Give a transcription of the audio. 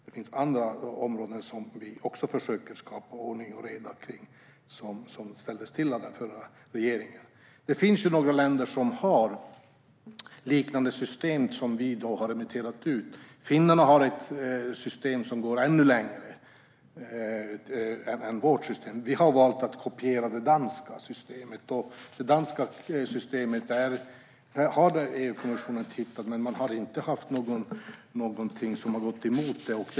Det finns också andra områden där vi försöker skapa ordning och reda efter den förra regeringen. Det finns några länder som har liknande system som vi har remitterat ut. Finnarna har ett system som går ännu längre än vårt system. Vi har valt att kopiera det danska systemet. EU-kommissionen har tittat på det danska systemet, men de har inte funnit något som går emot.